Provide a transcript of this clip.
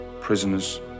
prisoners